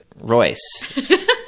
Royce